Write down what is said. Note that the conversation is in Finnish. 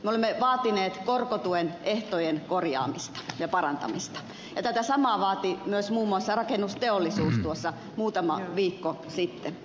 me olemme vaatineet korkotuen ehtojen korjaamista ja parantamista ja tätä samaa vaati myös muun muassa rakennusteollisuus tuossa muutama viikko sitten